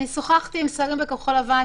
שוחחתי עם שרים בכחול לבן,